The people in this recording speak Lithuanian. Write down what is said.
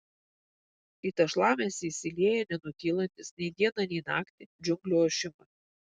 į tą šlamesį įsilieja nenutylantis nei dieną nei naktį džiunglių ošimas